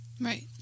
Right